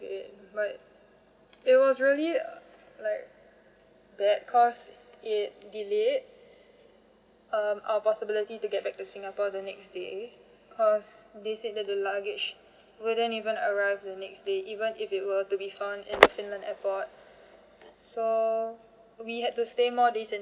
it but it was really like bad cause it delayed um I'll possibility to get back to singapore the next day because they said that the luggage wouldn't even arrive the next day even if it were to be found in finland airport so we had to stay more days in